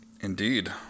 Indeed